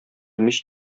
мич